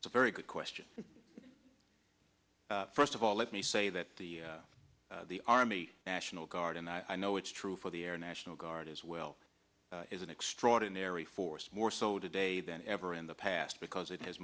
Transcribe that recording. it's a very good question first of all let me say that the army national guard and i know it's true for the air national guard as well is an extraordinary force more so today than ever in the past because it has